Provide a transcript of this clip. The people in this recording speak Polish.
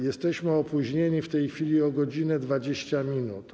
Jesteśmy opóźnieni w tej chwili o 1 godz. 20 minut.